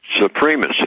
supremacy